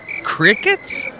Crickets